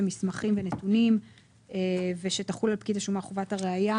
מסמכים ונתונים ושתחול על פקיד השומה חובת הראיה